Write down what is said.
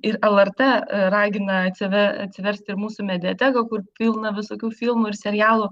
ir lrt ragina atsive atsiversti ir mūsų mediateką kur pilna visokių filmų ir serialų